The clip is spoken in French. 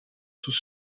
sous